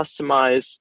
customize